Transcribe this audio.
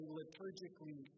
liturgically